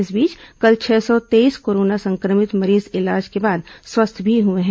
इस बीच कल छह सौ तेईस कोरोना संक्रमित मरीज इलाज के बाद स्वस्थ भी हुए हैं